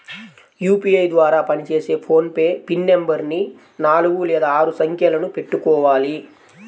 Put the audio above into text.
UPI ద్వారా పనిచేసే PhonePe pin నెంబరుని నాలుగు లేదా ఆరు సంఖ్యలను పెట్టుకోవాలి